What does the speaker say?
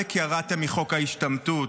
עלק ירדתם מחוק ההשתמטות.